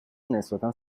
نسبتا